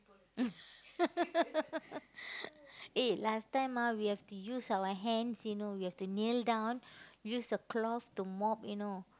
eh last time ah we have to use our hands you know we have to kneel down use the cloth to mop you know